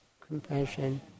compassion